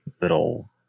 little